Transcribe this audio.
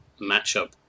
matchup